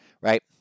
right